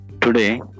today